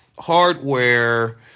Hardware